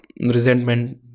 resentment